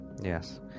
Yes